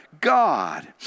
God